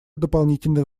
дополнительных